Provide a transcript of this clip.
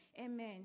Amen